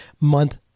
month